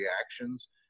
reactions